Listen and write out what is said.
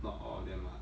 not all of them ah